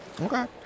Okay